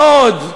לא עוד.